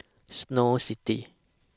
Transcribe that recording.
Snow City